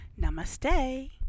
Namaste